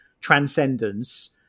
transcendence